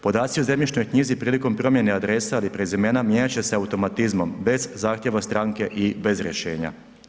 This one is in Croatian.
Podaci o zemljišnoj knjizi prilikom promjene adresa ili prezimena mijenjati će se automatizmom bez zahtjeva stranke i bez rješenja.